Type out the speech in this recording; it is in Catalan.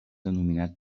denominat